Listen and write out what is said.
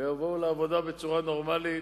ויבואו לעבודה בצורה נורמלית,